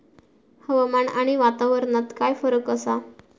हवामान आणि वातावरणात काय फरक असा?